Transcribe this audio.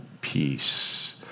peace